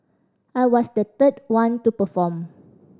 I was the third one to perform